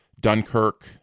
Dunkirk